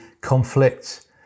conflict